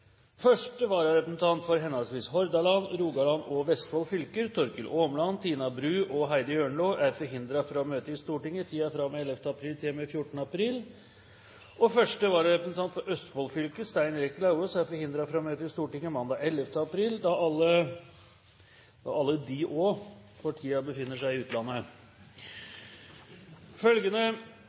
Første vararepresentant for henholdsvis Hordaland, Rogaland og Vestfold fylker, Torkil Åmland, Tina Bru og Heidi Ørnlo, er forhindret fra å møte i Stortinget i tiden fra og med 11. april til og med 14. april, og første vararepresentant for Østfold fylke, Stein Erik Lauvås, er forhindret fra å møte i Stortinget mandag 11. april, da alle for tiden befinner seg i utlandet. Følgende